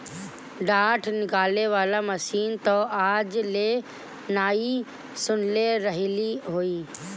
डाँठ निकाले वाला मशीन तअ आज ले नाइ सुनले रहलि हई